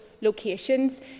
locations